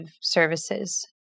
services